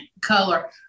color